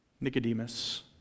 Nicodemus